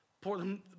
Portland